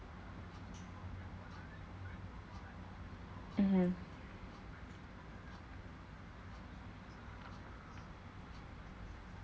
mmhmm